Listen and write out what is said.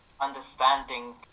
understanding